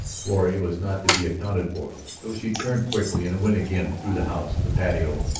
florrie was not to be accounted for. though she turned quickly and went again through the house, the patio,